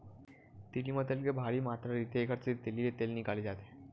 तिली म तेल के भारी मातरा रहिथे, एकर सेती तिली ले तेल निकाले जाथे